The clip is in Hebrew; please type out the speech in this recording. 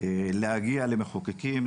להגיע למחוקקים,